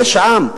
יש עם,